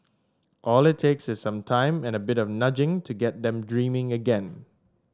all it takes is some time and a bit of nudging to get them dreaming again